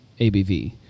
ABV